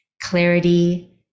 clarity